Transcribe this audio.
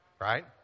Right